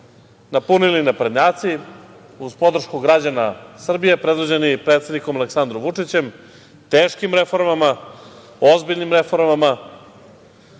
napunili naprednjaci uz podršku građana Srbije predvođeni predsednikom Aleksandrom Vučićem. Teškim reformama, ozbiljnim reformama,